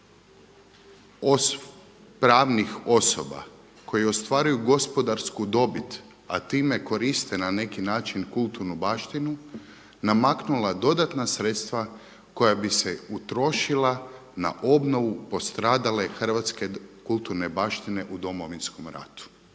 od onih pravnih osoba koji ostvaruju gospodarsku dobit, a time koriste na neki način kulturnu baštinu namaknula dodatna sredstva koja bi se utrošila na obnovu postradale Hrvatske kulturne baštine u Domovinskom ratu.